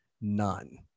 none